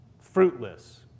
fruitless